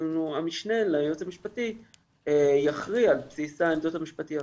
המשנה ליועץ המשפטי יכריע על בסיס העמדות המשפטיות